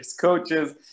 coaches